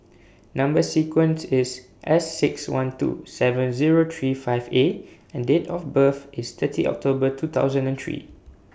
Number sequence IS S six one two seven Zero three five A and Date of birth IS thirty October two thousand and three